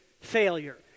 failure